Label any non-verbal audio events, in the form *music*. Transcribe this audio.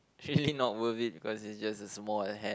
really *laughs* not worth it because it's just a small hat